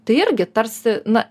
tai irgi tarsi na